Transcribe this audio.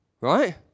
right